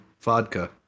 vodka